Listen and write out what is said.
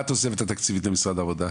מה התוספת התקציבית למשרד העבודה?